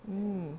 mmhmm